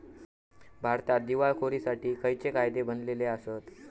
भारतात दिवाळखोरीसाठी खयचे कायदे बनलले आसत?